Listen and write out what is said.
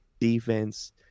defense